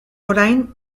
orain